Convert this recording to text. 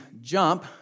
jump